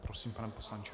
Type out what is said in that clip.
Prosím, pane poslanče.